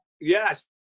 Yes